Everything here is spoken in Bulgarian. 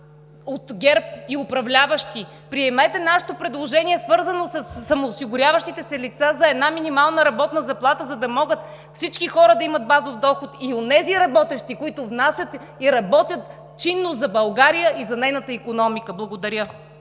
от ГЕРБ и управляващи, приемете нашето предложение, свързано със самоосигуряващите се лица за една минимална работна заплата, за да могат всички хора да имат базов доход, и онези работещи, които внасят и работят чинно за България и за нейната икономика! Благодаря.